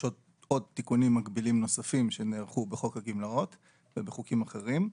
עוד תיקונים מקבילים נוספים שנערכו בחוק הגמלאות ובחוקים אחרים,